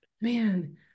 Man